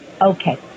Okay